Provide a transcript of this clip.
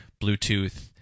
Bluetooth